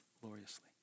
gloriously